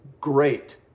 great